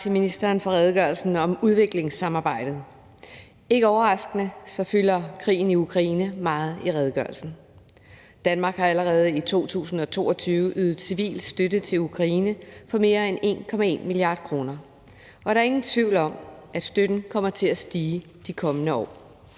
til ministeren for redegørelsen om udviklingssamarbejde. Ikke overraskende fylder krigen i Ukraine meget i redegørelsen. Danmark har allerede i 2022 ydet civil støtte til Ukraine for mere end 1,1 mia. kr., og der er ingen tvivl om, at støtten kommer til at stige i de kommende år.